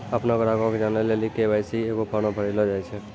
अपनो ग्राहको के जानै लेली के.वाई.सी के एगो फार्म भरैलो जाय छै